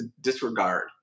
disregard